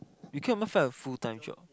we can't even find a full time job